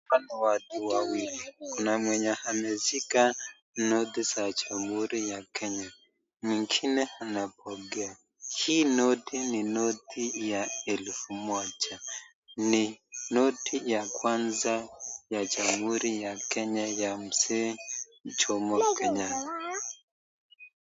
Hapa ni watu wawili. Kuna mwenye ameshika noti za jamhuri ya Kenya. Mwingine anapokea . Hii noti ni noti ya elfu moja. Ni noti ya kwanza ya jamhuri ya Kenya ya mzee Jomo Kenyatta.